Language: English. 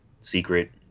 secret